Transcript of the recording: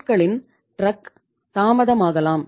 பொருட்களின் டிரக் தாமதமாகலாம்